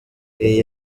iyi